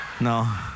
No